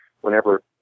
whenever